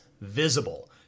visible